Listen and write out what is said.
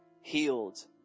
healed